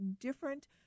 different